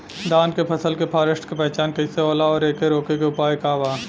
धान के फसल के फारेस्ट के पहचान कइसे होला और एके रोके के उपाय का बा?